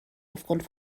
aufgrund